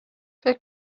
فکر